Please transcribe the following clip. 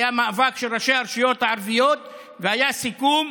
היה מאבק של ראשי הרשויות הערביות והיה סיכום,